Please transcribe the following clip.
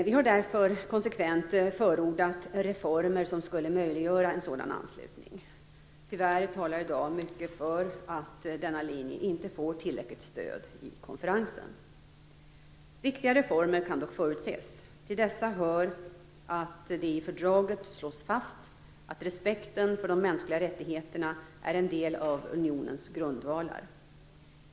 Vi har därför konsekvent förordat reformer som skulle möjliggöra en sådan anslutning. Tyvärr talar i dag mycket för att denna linje inte får tillräckligt stöd i konferensen. Viktiga reformer kan dock förutses. Till dessa hör att det i fördraget slås fast att respekten för de mänskliga rättigheterna är en del av unionens grundvalar.